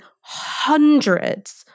hundreds